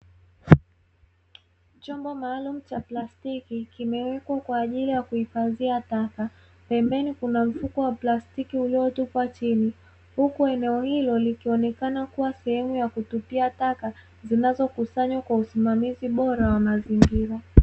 Chombo maalumu cha plastiki kimewekwa kwa ajili ya kuhifadhia taka, pembeni kuna mfuko wa plastiki uliotupwa chini, huku eneo hilo likionekana kuwa sehemu ya kutupia taka zinazokusanywa kwa usimamizi bora wa mazingira.